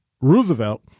Roosevelt